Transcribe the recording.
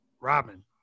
Robin